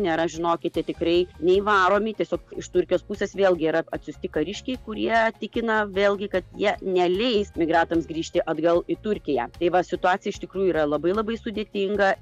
nėra žinokite tikrai nei varomi tiesiog iš turkijos pusės vėlgi yra atsiųsti kariškiai kurie tikina vėlgi kad jie neleis migrantams grįžti atgal į turkiją tai va situacija iš tikrųjų yra labai labai sudėtinga